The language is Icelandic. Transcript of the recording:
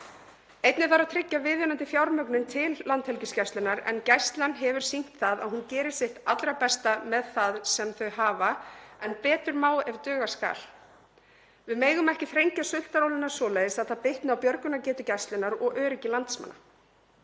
Einnig þarf að tryggja viðunandi fjármögnun til Landhelgisgæslunnar en Gæslan hefur sýnt það að hún gerir sitt allra besta með það sem hún hefur en betur má ef duga skal. Við megum ekki þrengja sultarólina svoleiðis að það bitni á björgunargetu Gæslunnar og öryggi landsmanna.